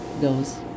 goes